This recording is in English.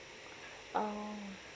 oh